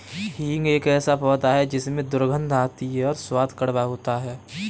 हींग एक ऐसा पौधा है जिसमें दुर्गंध आती है और स्वाद कड़वा होता है